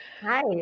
hi